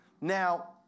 Now